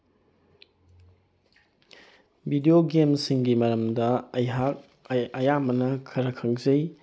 video ꯒꯦꯝꯁꯤꯡꯒꯤ ꯃꯔꯝꯗ ꯑꯩꯍꯥꯛ ꯑꯌꯥꯝꯕꯅ ꯈꯔ ꯈꯪꯖꯩ